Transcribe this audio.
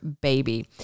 baby